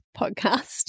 podcast